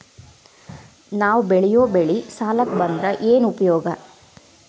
ನಾವ್ ಬೆಳೆಯೊ ಬೆಳಿ ಸಾಲಕ ಬಂದ್ರ ಏನ್ ಉಪಯೋಗ?